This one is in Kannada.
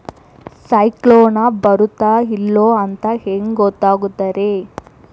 ಸೈಕ್ಲೋನ ಬರುತ್ತ ಇಲ್ಲೋ ಅಂತ ಹೆಂಗ್ ಗೊತ್ತಾಗುತ್ತ ರೇ?